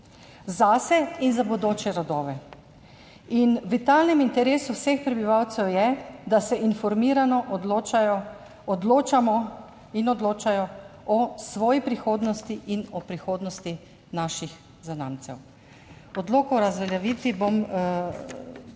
zase in za bodoče rodove in v vitalnem interesu vseh prebivalcev je, da se informirano odločajo, odločamo in odločajo o svoji prihodnosti in o prihodnosti naših zanamcev. Odlok o razveljavitvi bom